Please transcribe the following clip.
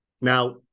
Now